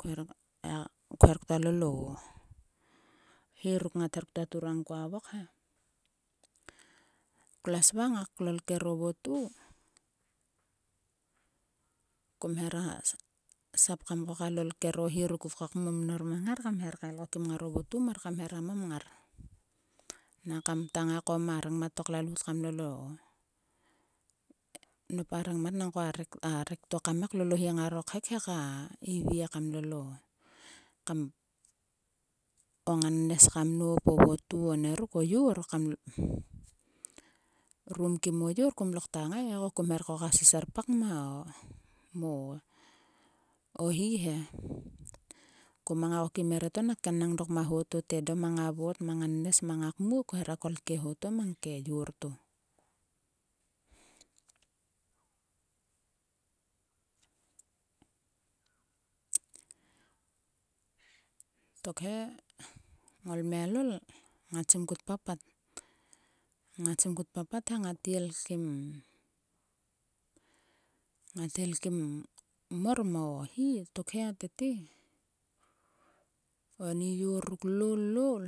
Kher gia kher ktua lol o hi ruk ngata turang koa vok he. Klues va ngak lolo o votu. Kum hera sap kam koka lol kero hi ruk kok momnor mang ngar kam her kael ko kim ngaro votu mar kam hera mamngar. Nang kamkta ngaiko ma rengmat to klalout kam lol o. Nop a rengmat nangko a rek. a rek to kam ngai klol o hi ngaro khek heka ivie kam lol o kam. O nganes kam nop. o votu o yor. Kam rum kim o yor. kom lokta ngai e. Ko kum tua seserpak mang o. mo hi he. Koma ngai ko kim erieto nak kenang dok mang a ho to te. Eda mang a vot. mang a ngannes. mang a kmuo. Khera kol ke ho to mang ke yor to. Tokhe ngolmialol. ngat simkut papat. Ngat simkut papat. he ngat elkim ngat elkim mor mo hi. Tokhe tete. oni yor ruk loul. loul.